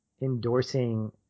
endorsing